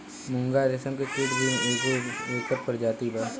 मूंगा रेशम के कीट भी एगो एकर प्रजाति बा